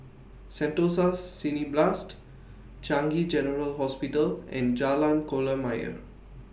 Sentosa Cineblast Changi General Hospital and Jalan Kolam Ayer